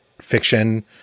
fiction